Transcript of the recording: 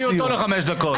הוא הוציא אותו לחמש דקות.